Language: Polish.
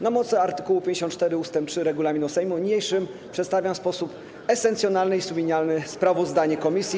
Na mocy art. 54 ust. 3 regulaminu Sejmu niniejszym przedstawiam w sposób esencjonalny i sumienny sprawozdanie komisji.